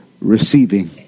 Receiving